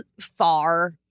far